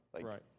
Right